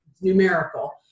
numerical